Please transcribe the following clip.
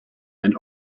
and